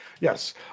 Yes